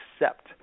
accept